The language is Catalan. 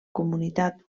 comunitat